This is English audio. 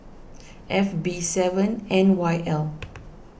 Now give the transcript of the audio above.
F B seven N Y L